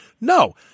no